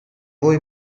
voi